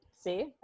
See